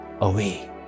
away